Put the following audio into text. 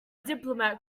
diplomat